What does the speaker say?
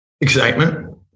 Excitement